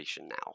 now